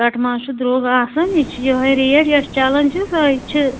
کٹہٕ مازچھُ درٛوگ آسان یہِ چھ یِہٕے ریٹ یۄس چلان چھِ سۄے چھِ